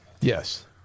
Yes